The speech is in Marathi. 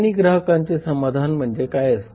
आणि ग्राहकांचे समाधान म्हणजे काय असते